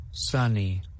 Sunny